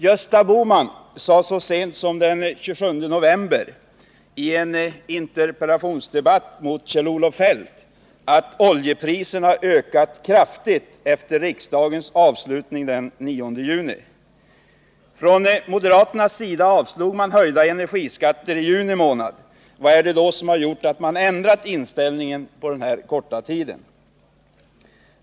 Gösta Bohman sade så sent som den 27 november i en interpellationsdebatt med Kjell-Olof Feldt att oljepriserna ökat kraftigt efter riksdagens avslutning den 9 juni. Från moderaternas sida avstyrkte man höjda energiskatter i juni månad. Vad är det då som gjort att man ändrat inställning på denna korta tid?